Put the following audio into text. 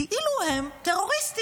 כאילו הם טרוריסטים,